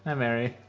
and mary.